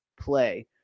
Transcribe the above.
play